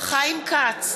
חיים כץ,